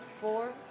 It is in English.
four